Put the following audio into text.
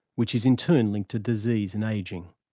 which is in turn linked to disease and ageing.